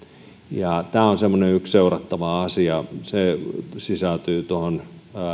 ja tämä on semmoinen yksi seurattava asia se sisältyy tuohon